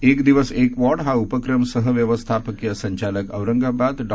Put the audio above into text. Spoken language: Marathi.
एक दिवस एक वार्ड हा उपक्रम सहव्यवस्थापकिय संचालक औरंगाबाद डॉ